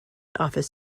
office